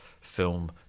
film